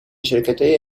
شرکتهای